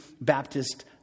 baptist